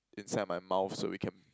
inside my mouth so we can